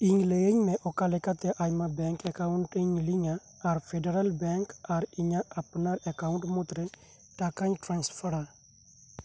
ᱤᱧ ᱞᱟᱹᱭᱟᱹᱧ ᱢᱮ ᱚᱠᱟ ᱞᱮᱠᱟᱛᱮ ᱟᱭᱢᱟ ᱵᱮᱝᱠ ᱮᱠᱟᱣᱩᱱᱴ ᱤᱧ ᱞᱤᱝᱠ ᱼᱟ ᱟᱨ ᱯᱷᱮᱰᱟᱨᱮᱞ ᱵᱮᱝᱠ ᱟᱨ ᱤᱧᱟᱹᱜ ᱟᱯᱱᱟᱨ ᱮᱠᱟᱣᱩᱱᱴ ᱢᱩᱫᱽᱨᱮ ᱴᱟᱠᱟᱧ ᱴᱨᱟᱱᱥᱯᱷᱟᱨ ᱼᱟ